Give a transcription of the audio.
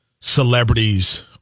celebrities